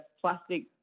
plastic